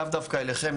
לאו דווקא אליכם,